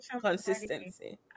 Consistency